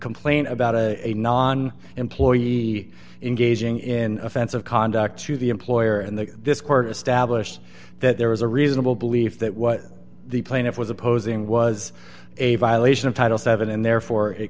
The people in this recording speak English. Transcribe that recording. complaint about a a non employee engaging in offensive conduct to the employer and that this court established that there was a reasonable belief that what the plaintiff was opposing was a violation of title seven and therefore it